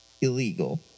illegal